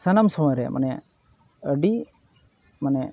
ᱥᱟᱱᱟᱢ ᱥᱚᱢᱚᱭᱨᱮ ᱟᱹᱰᱤ ᱢᱟᱱᱮ